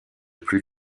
plus